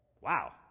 Wow